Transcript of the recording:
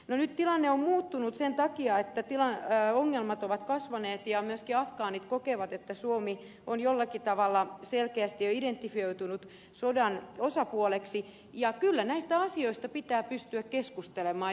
no nyt tilanne on muuttunut sen takia että ongelmat ovat kasvaneet ja myös afgaanit kokevat että suomi on jollakin tavalla selkeästi jo identifioitunut sodan osapuoleksi ja kyllä näistä asioista pitää pystyä keskustelemaan